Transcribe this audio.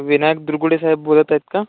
विनायक दुरगुडे साहेब बोलत आहेत का